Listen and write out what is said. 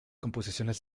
composiciones